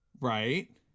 right